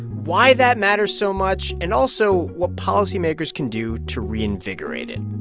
why that matters so much and also what policymakers can do to reinvigorate it